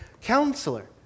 counselor